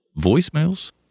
voicemails